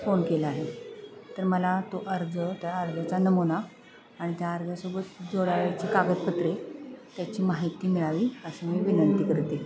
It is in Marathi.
फोन केला आहे तर मला तो अर्ज त्या अर्जाचा नमुना आणि त्या अर्जासोबत जोडायची कागदपत्रे त्याची माहिती मिळावी असं मी विनंती करते